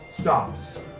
stops